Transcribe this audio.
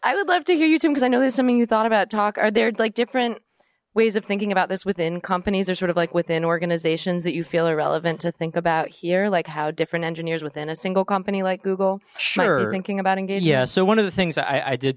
i would love to hear you too because i know there's something you thought about talk are there like different ways of thinking about this within companies are sort of like within organizations that you feel irrelevant to think about here like how different engineers within a single company like google sure thinking about engage yeah so one of the things i did